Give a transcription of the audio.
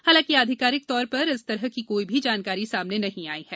हालांकि आधिकारिक तौर पर इस तरह की कोई भी जानकारी सामने नहीं आई है